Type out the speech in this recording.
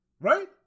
Right